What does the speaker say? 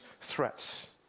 threats